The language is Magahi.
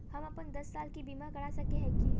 हम अपन दस साल के बीमा करा सके है की?